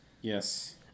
Yes